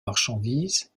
marchandises